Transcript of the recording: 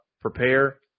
prepare